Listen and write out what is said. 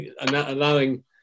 allowing